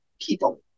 people